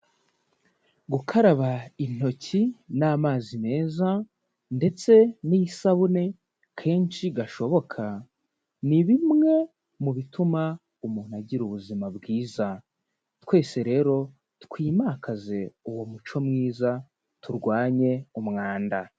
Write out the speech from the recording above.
Gukaraba intoki n'amazi meza ndetse n'isabune kenshi gashoboka, ni bimwe mu bituma umuntu agira ubuzima bwiza, twese rero twimakaze uwo muco mwiza turwanye umwanda.